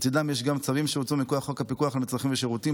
לצידם יש גם צווים שהוצאו מכוח חוק הפיקוח על מצרכים ושירותים,